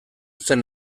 zer